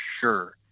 sure